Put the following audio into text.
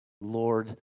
lord